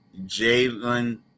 Jalen